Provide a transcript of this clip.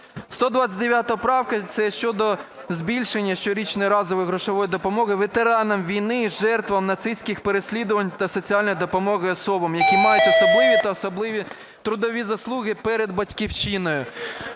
129 правка – це щодо збільшення щорічної разової грошової допомоги ветеранам війни жертвам нацистських переслідувань та соціальної допомоги особам, які мають особливі та особливі трудові заслуги перед Батьківщиною.